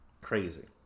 Crazy